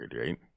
right